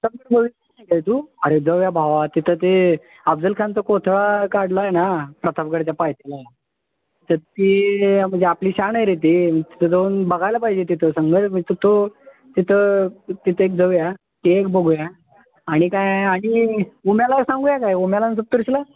तू अरे जाऊया भावा तिथं ते अफजलखानचा कोथळा काढला आहे ना प्रतापगडच्या पायथ्याला तर ती म्हणजे आपली शान आहे रे ती तिथं जाऊन बघायला पाहिजे तिथं तो तिथं तिथं एक जाऊया ते एक बघूया आणि काय आणि उम्याला सांगूया काय उम्याला आणि सप्तर्षीला